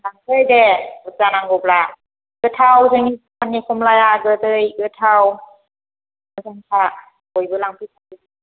लांफै दे बुरजा नांगौब्ला गोथाव जोंनि भुटाननि कमलाया गोदै गोथाव मोजांखा बयबो लांफैखायो